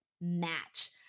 match